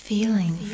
Feeling